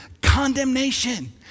Condemnation